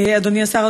אדוני השר,